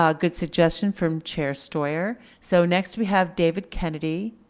um good suggestion from chair steuer. so next we have david kennedy